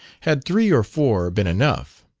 had three or four been enough?